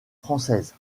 française